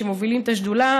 שמובילים את השדולה,